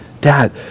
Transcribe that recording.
dad